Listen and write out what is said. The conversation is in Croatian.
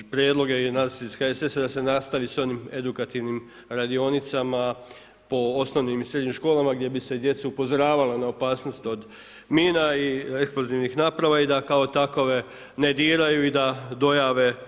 Prijedlog je i nas iz HSS-a da se nastavi sa onim edukativnim radionicama po osnovnim i srednjim školama gdje bi se djecu upozoravalo na opasnost od mina i eksplozivnih naprava i da kao takove ne diraju i da dojave.